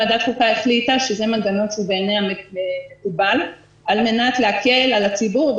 ועדת חוקה החליטה שזה מנגנון שבעיניה מקובל על מנת להקל על הציבור,